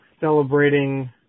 celebrating